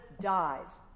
dies